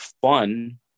fun